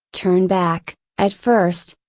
turn back, at first,